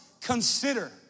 consider